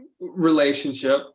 relationship